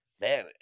man